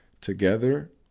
together